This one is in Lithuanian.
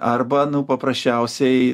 arba nu paprasčiausiai